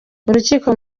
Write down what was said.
urukiko